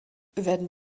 werden